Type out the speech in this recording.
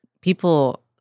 people